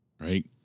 Right